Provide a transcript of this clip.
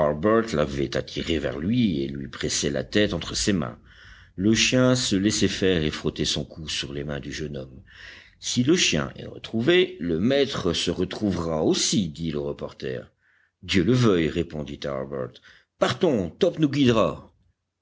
harbert l'avait attiré vers lui et lui pressait la tête entre ses mains le chien se laissait faire et frottait son cou sur les mains du jeune garçon si le chien est retrouvé le maître se retrouvera aussi dit le reporter dieu le veuille répondit harbert partons top nous guidera